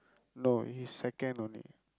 no he second only